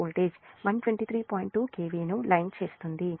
2 kV ను line చేస్తుంది